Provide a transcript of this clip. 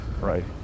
right